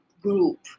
group